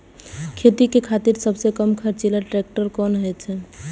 खेती के खातिर सबसे कम खर्चीला ट्रेक्टर कोन होई छै?